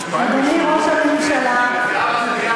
אדוני, ברשותך, ההיגיון היחיד,